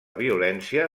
violència